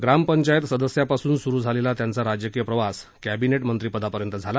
ग्रामपंचायत सदस्यापासून सुरु झालेला त्यांचा राजकीय प्रवास कबिनेट मंत्रीपदापर्यंत झाला